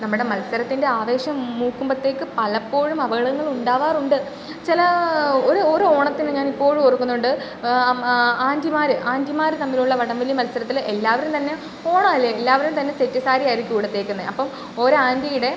നമ്മുടെ മത്സരത്തിൻ്റെ ആവേശം മൂക്കുമ്പോഴ്ത്തേക്ക് പലപ്പോഴും അപകടങ്ങൾ ഉണ്ടാവാറുണ്ട് ചില ഒരു ഒരു ഓണത്തിന് ഞാൻ ഇപ്പോഴും ഓർക്കുന്നുണ്ട് ആൻറ്റിമാറാർ ആൻറ്റിമാർ തമ്മിലുള്ള വടം വലി മത്സരത്തിൽ എല്ലാവരും തന്നെ ഓണം അല്ലെ എല്ലാവരും തന്നെ സെറ്റ് സാരി ആയിരിക്കും ഉടുത്തേക്കുന്നെ അപ്പം ഒരാൻറ്റീടെ